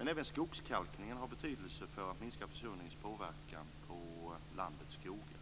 Även skogskalkningen har betydelse för att minska försurningens påverkan på landets skogar.